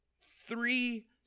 three